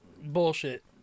bullshit